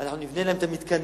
אנחנו נבנה להם את המתקנים,